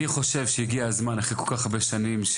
אני חושב שהגיע הזמן שאחרי כל כך הרבה שנים,